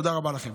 תודה רבה לכם.